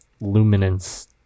luminance